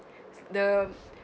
the